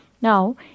Now